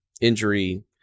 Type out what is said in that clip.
injury